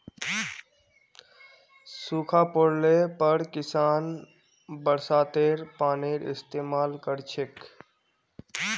सूखा पोड़ले पर किसान बरसातेर पानीर इस्तेमाल कर छेक